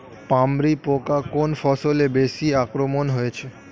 পামরি পোকা কোন ফসলে বেশি আক্রমণ হয়েছে?